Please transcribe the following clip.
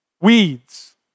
weeds